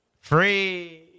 Free